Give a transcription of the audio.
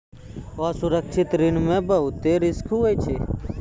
असुरक्षित ऋण मे बहुते रिस्क हुवै छै